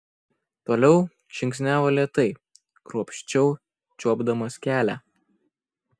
toliau žingsniavo lėtai kruopščiau čiuopdamas kelią